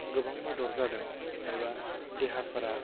गोबां मदद जादों एबा देहाफोरा